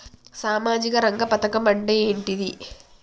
సామాజిక రంగ పథకం అంటే ఏంటిది?